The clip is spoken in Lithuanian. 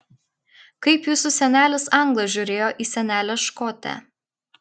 kaip jūsų senelis anglas žiūrėjo į senelę škotę